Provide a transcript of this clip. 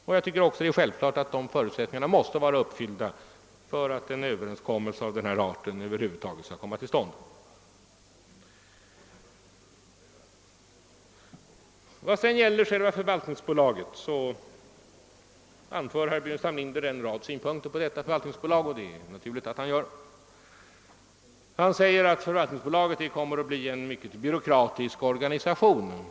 Självklart är också att de förutsättningarna måste vara uppfyllda för att en överenskommelse av denna art över huvud taget skall komma till stånd. Sedan anför herr Burenstam Linder en rad synpunkter på förvaltningsbolaget, och det är naturligt att han gör det. Förvaltningsbolaget kommer att bli en mycket byråkratisk organisation, sade han.